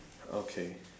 okay